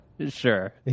Sure